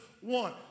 one